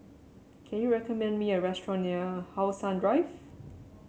can you recommend me a restaurant near How Sun Drive